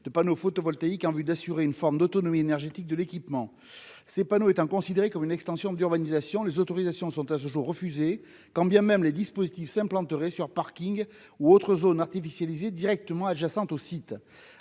de panneaux photovoltaïques en vue d'assurer une forme d'autonomie énergétique de l'équipement, ces panneaux étant considérée comme une extension de l'urbanisation, les autorisations sont à ce jour refusé, quand bien même les dispositifs planterai sur Parking ou autres zones artificialisées directement adjacentes au site